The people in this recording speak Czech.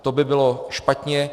To by bylo špatně.